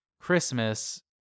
Christmas